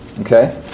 okay